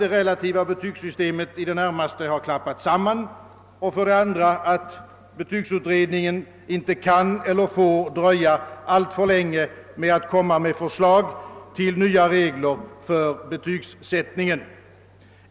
det relativa betygssystemet i det närmaste har klappat samman och för det andra att betygsutredningen inte kan eller får dröja alltför länge med att lägga fram förslag till nya regler för betygsättningen.